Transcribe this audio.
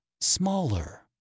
smaller